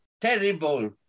terrible